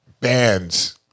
bands